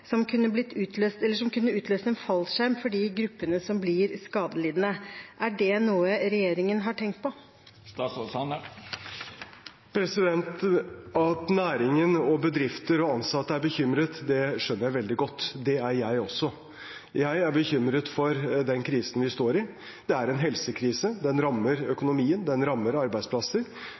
som kunne utløst en fallskjerm for de gruppene som blir skadelidende. Er det noe regjeringen har tenkt på? At næringen, bedrifter og ansatte er bekymret, skjønner jeg veldig godt – det er jeg også. Jeg er bekymret for den krisen vi står i, det er en helsekrise. Den rammer økonomien, den rammer arbeidsplasser.